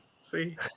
see